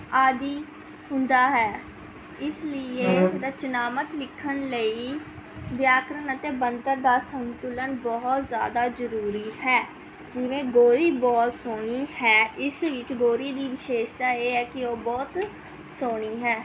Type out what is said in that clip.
ਆਦਿ ਹੁੰਦਾ ਹੈ ਇਸ ਲਈ ਰਚਨਾਤਮਕ ਲਿਖਣ ਲਈ ਵਿਆਕਰਣ ਅਤੇ ਬਣਤਰ ਦਾ ਸੰਤੁਲਨ ਬਹੁਤ ਜ਼ਿਆਦਾ ਜ਼ਰੂਰੀ ਹੈ ਜਿਵੇਂ ਗੋਰੀ ਬਹੁਤ ਸੋਹਣੀ ਹੈ ਇਸ ਵਿੱਚ ਗੋਰੀ ਦੀ ਵਿਸ਼ੇਸ਼ਤਾ ਇਹ ਹੈ ਕਿ ਉਹ ਬਹੁਤ ਸੋਹਣੀ ਹੈ